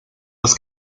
los